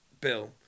Bill